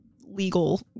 legal